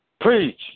Preach